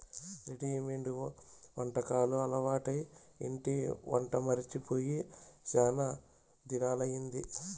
readymade వంటకాలు అలవాటై ఇంటి వంట మరచి పోయి శానా దినాలయ్యింది